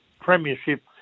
premiership